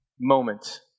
moment